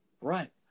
Right